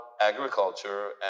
agriculture